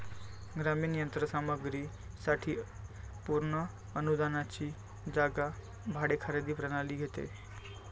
ग्रामीण यंत्र सामग्री साठी पूर्ण अनुदानाची जागा भाडे खरेदी प्रणाली घेते